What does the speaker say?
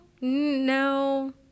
no